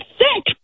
sick